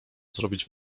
zrobić